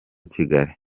kigali